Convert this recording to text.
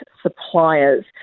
suppliers